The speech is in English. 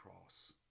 cross